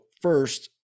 first